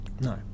No